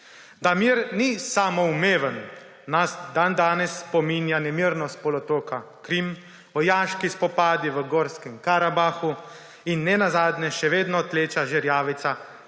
Da mir ni samoumeven, nas dandanes spominja nemirnost polotoka Krim, vojaški spopadi v Gorskem Karabahu in nenazadnje še vedno tleča žerjavica pod